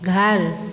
घर